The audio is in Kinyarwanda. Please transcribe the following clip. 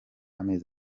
amezi